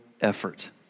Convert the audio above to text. effort